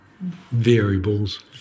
variables